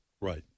Right